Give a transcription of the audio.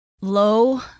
lo